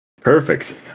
Perfect